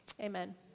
amen